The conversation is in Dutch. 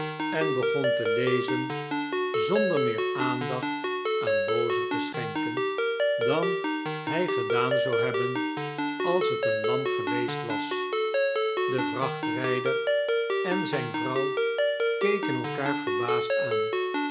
en begon te lezen zonder meer aandacht aan bozer te schenken dan hij gedaan zou hebben als t een lam geweest was de vrachtrijder en zijne vrouw keken elkaar verbaasd aam